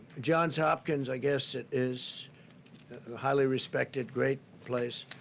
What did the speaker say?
johns hopkins, i guess, is highly respected, great place.